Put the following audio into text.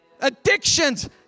Addictions